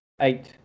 Eight